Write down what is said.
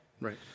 Right